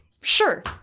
sure